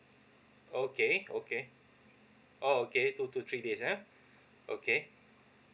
okay okay okay two to three days yeah okay